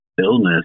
illness